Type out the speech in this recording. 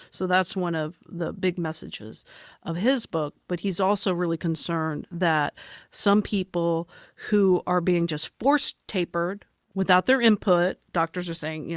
so that's one of the big messages of his book. book. but he's also really concerned that some people who are being just forced tapered without their input, doctors are saying, yeah